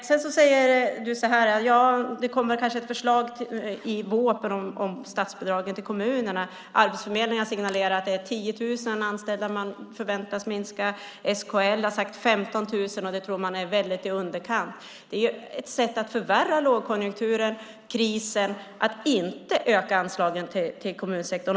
Ministern säger att det kanske kommer ett förslag i vårpropositionen om statsbidragen till kommunerna. Arbetsförmedlingen signalerar att man förväntas minska antalet anställda med 10 000. SKL har sagt 15 000, och det tror man är mycket i underkant. Det är ett sätt att förvärra lågkonjunkturen och krisen att inte öka anslagen till kommunsektorn.